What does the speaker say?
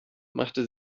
machte